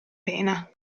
pena